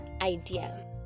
idea